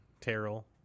Terrell